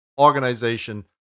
organization